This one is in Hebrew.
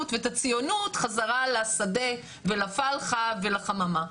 ואת הציונות בחזרה לשדה ולפלחה ולחממה.